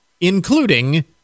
including